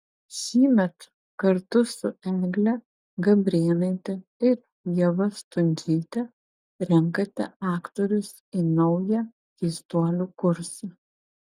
šįmet kartu su egle gabrėnaite ir ieva stundžyte renkate aktorius į naują keistuolių kursą